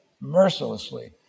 mercilessly